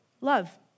Love